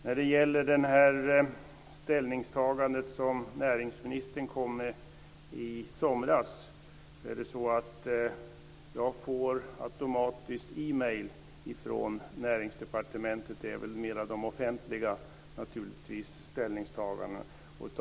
När det gäller det ställningstagande som näringsministern gjorde i somras, så får jag automatiskt email från Näringsdepartementet. Det är naturligtvis mer de offentliga ställningstagandena.